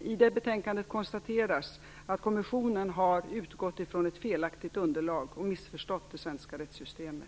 I det betänkandet konstateras att kommissionen har utgått ifrån ett felaktigt underlag och missförstått det svenska rättssystemet.